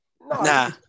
Nah